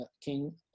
King